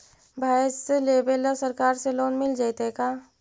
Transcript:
भैंस लेबे ल सरकार से लोन मिल जइतै का?